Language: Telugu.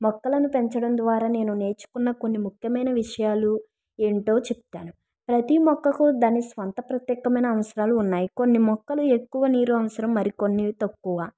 మొక్కలను పెంచడం ద్వారా నేను నేర్చుకున్న కొన్ని ముఖ్యమైన విషయాలు ఎంటో చెప్తాను ప్రతీ మొక్కకు దాని స్వంత ప్రత్యేకమైన అవసరాలు ఉన్నాయి కొన్ని మొక్కలు ఎక్కువ నీరు అవసరం మరి కొన్ని తక్కువ